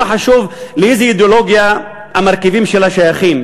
לא חשוב לאיזו אידיאולוגיה המרכיבים שלה שייכים,